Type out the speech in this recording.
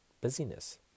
busyness